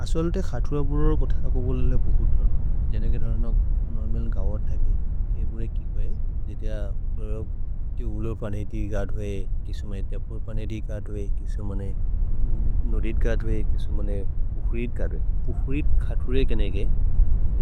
असुअल्ते खह्थुर बुरुल् कोत को बुरुलेले बुहुत् रन। जेनेके रन नोर्मलन् गवर् थ के खेबुरे कि कुए। जे त्य बुरुल् पने धि गद्वे, किसुमे, तेपुर् पने धि गद्वे, किसुमे मेने नोरित् गद्वे, किसुमे मेने पुहुरित् गद्वे। पुहुरित् खह्थुरे केनेगे